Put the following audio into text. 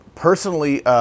Personally